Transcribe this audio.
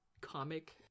comic